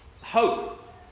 hope